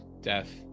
death